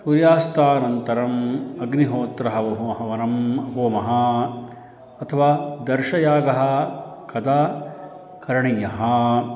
सूर्यास्तमनानन्तरम् अग्निहोत्रः बहुवः वरम् होमः अथवा दर्शयागः कदा करणीयः